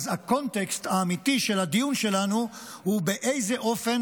אז הקונטקסט האמיתי של הדיון שלנו הוא באיזה אופן